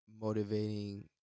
motivating